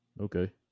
okay